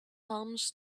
alms